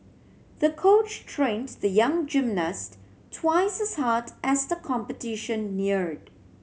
the coach trained the young gymnast twice hard as the competition neared